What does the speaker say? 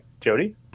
Jody